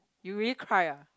you really cry ah